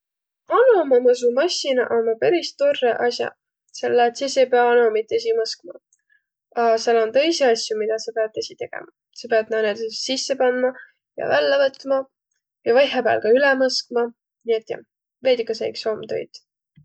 Anomamõsumassinaq ommaq peris torrõq as'aq, selle et sis ei piäq anomit esiq mõskma. A sääl om tõisi asju, midä sa piät esiq tegemä. Sa piät nu näütüses sisse pandma ja vällä võtma ja vaihõpääl ka üle mõskma. Nii et jah, veidikese iks om töid.